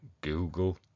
Google